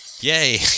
Yay